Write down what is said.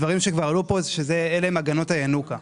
עכשיו לדברים שכבר עלו פה, ואלה הגנות הינוקא.